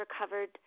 recovered